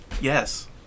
Yes